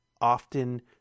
often